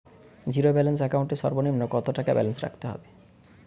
Zero balance account এর সর্বনিম্ন কত টাকা ব্যালেন্স রাখতে হবে?